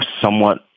somewhat